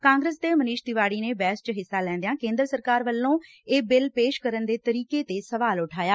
ਕਾਂਗਰਸ ਦੇ ਮਨੀਸ਼ ਤਿਵਾੜੀ ਨੇ ਬਹਿਸ ਚ ਹਿੱਸਾ ਲੈਂਦਿਆਂ ਕੇਂਦਰ ਸਰਕਾਰ ਵੱਲੋਂ ਇਹ ਬਿੱਲ ਪੇਸ਼ ਕਰਨ ਦੇ ਤਰੀਕੇ ਤੇ ਸਵਾਲ ਉਠਾਇਆ